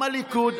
גם הליכוד,